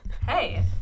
Hey